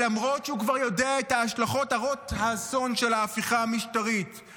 למרות שהוא כבר יודע את ההשלכות הרות האסון של ההפיכה המשטרית,